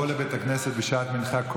בוא לבית הכנסת בשעת מנחה,